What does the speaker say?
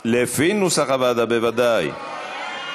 לפי נוסח הוועדה, בוודאי.